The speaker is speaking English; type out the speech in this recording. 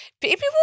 People